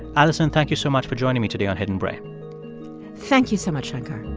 alison, thank you so much for joining me today on hidden brain thank you so much, shankar